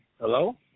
Hello